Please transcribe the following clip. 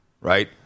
right